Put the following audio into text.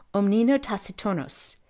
omnino taciturnos,